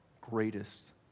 greatest